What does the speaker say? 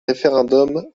référendum